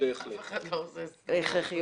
הכרחיות.